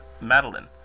Madeline